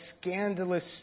scandalous